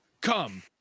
come